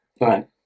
Right